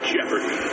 Jeopardy